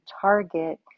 target